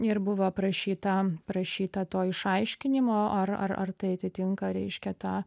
ir buvo aprašyta prašyta to išaiškinimo ar ar ar tai atitinka reiškia tą